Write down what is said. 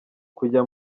kujya